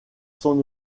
son